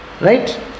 right